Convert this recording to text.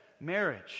marriage